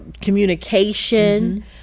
communication